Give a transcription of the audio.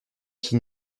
qui